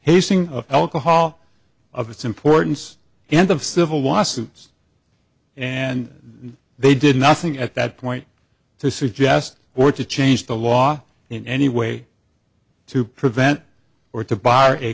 of alcohol of its importance and of civil lawsuits and they did nothing at that point to suggest or to change the law in any way to prevent or to bar a